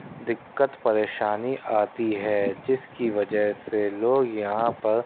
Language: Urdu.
دقت پریشانی آتی ہے جس کی وجہ سے لوگ یہاں پر